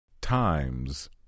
Times